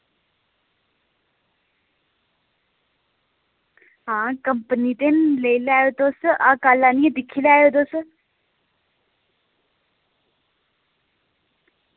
ते कंपनी दे न तुस कल्ल आह्नियै दिक्खी लैयो तुस